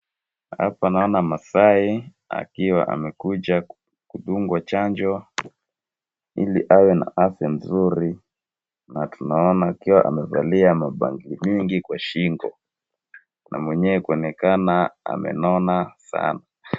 Hapa naona Masai akiwa amekuja kudungwa chanjo ili awe na afya nzuri na tunaona akiwa amevalia mabangili nyingi kwa shingo na mwenyewe kuonekana amenona sana.